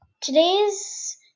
today's